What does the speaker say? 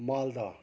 Malda